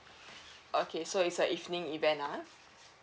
okay so it's a evening event ah